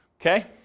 okay